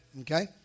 Okay